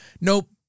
nope